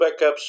backups